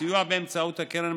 הסיוע באמצעות הקרן,